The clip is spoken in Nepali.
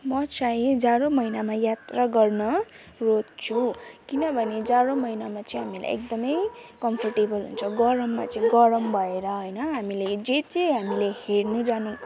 म चाहिँ जाडो महिनामा यात्रा गर्न रोज्छु किनभने जाडो महिनामा चाहिँ हामीलाई एकदमै कम्फोर्टेबल हुन्छ गरममा चाहिँ गरम भएर होइन हामीले जे जे हामीले हेर्नु जानु